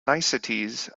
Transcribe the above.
niceties